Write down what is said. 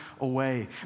away